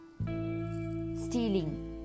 Stealing